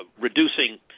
reducing